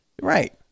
Right